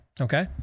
Okay